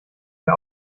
wir